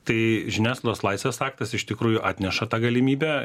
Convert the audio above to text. tai žiniasklaidos laisvės aktas iš tikrųjų atneša tą galimybę